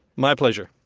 my pleasure.